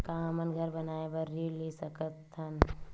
का हमन घर बनाए बार ऋण ले सकत हन?